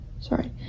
sorry